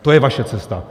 To je vaše cesta.